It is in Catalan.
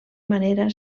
manera